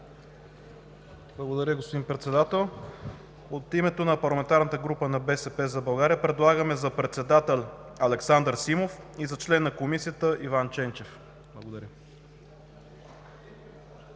Благодаря, господин Председател. От името на парламентарната група на „БСП за България“ предлагаме за председател Александър Симов и за член на Комисията Иван Ченчев. Благодаря.